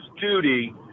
duty